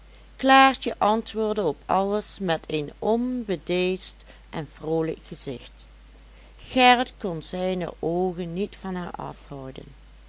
klaartje antwoordde op alles met een onbedeesd en vroolijk gezicht gerrit kon zijne oogen niet van haar afhouden